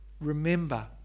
Remember